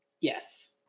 Yes